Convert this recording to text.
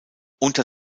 unter